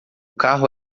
carro